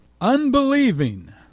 unbelieving